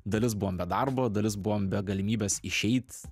dalis buvom be darbo dalis buvom be galimybės išeit